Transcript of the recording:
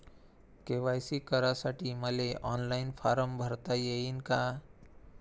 KYC करासाठी मले online form भरता येईन का?